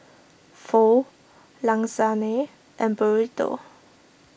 Pho Lasagne and Burrito